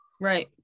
right